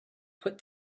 put